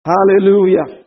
Hallelujah